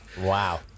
Wow